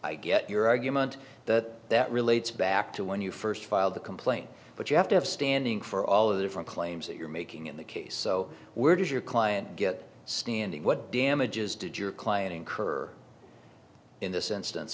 i get your argument that that relates back to when you first filed the complaint but you have to have standing for all of the different claims that you're making in the case so where does your client get standing what damages did your client incur in this instance